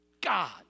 God